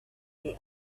their